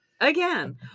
again